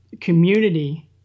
community